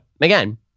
again